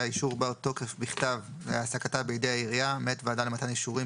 אישור בר-תוקף בכתב להעסקתה בידי העירייה מאת ועדה למתן אישורים